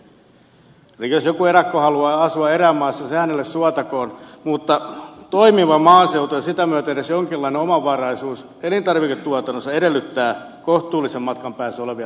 elikkä jos joku erakko haluaa asua erämaassa se hänelle suotakoon mutta toimiva maaseutu ja sitä myöten edes jonkinlainen omavaraisuus elintarviketuotannossa edellyttävät kohtuullisen matkan päässä olevia palveluita